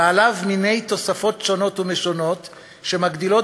ועליו מיני תוספות שונות ומשונות שמגדילות